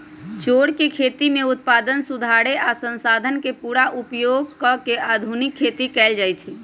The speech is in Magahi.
चौर के खेती में उत्पादन सुधारे आ संसाधन के पुरा उपयोग क के आधुनिक खेती कएल जाए छै